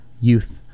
youth